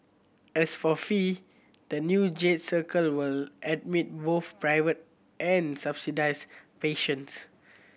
as for fee the new Jade Circle will admit both private and subsidised patients